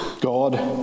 God